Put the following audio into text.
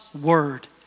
Word